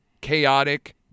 chaotic